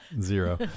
Zero